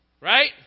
Right